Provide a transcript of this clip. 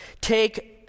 take